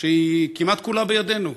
שהיא כמעט כולה בידינו,